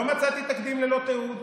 לא מצאתי ללא תיעוד.